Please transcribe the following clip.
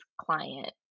client